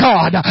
God